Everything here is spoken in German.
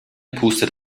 pustet